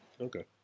okay